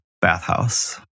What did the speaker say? bathhouse